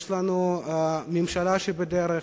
יש לנו ממשלה בדרך.